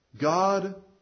God